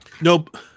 Nope